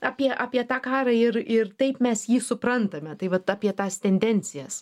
apie apie tą karą ir ir taip mes jį suprantame tai vat apie tas tendencijas